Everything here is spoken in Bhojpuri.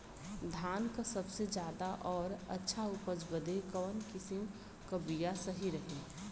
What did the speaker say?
धान क सबसे ज्यादा और अच्छा उपज बदे कवन किसीम क बिया सही रही?